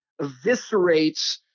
eviscerates